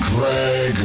Greg